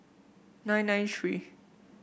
nine nine three